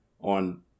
on